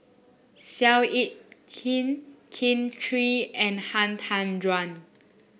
Seow Yit Kin Kin Chui and Han Tan Juan